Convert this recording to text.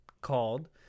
called